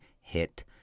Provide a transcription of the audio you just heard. hit